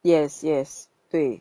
yes yes 对